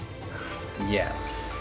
Yes